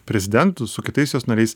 prezidentu su kitais jos nariais